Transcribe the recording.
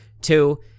Two